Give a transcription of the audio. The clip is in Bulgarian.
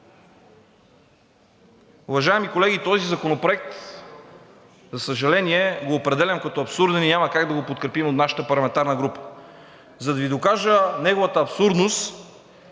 Уважаеми колеги, този законопроект, за съжаление, го определям като абсурден и няма как да го подкрепим от нашата парламентарна група. За да Ви докажа неговата абсурдност,